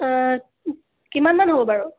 কিমানমান হ'ব বাৰু